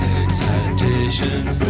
excitations